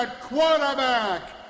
quarterback